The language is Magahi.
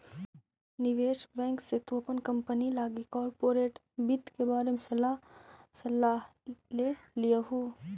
निवेश बैंक से तु अपन कंपनी लागी कॉर्पोरेट वित्त के बारे में सलाह ले लियहू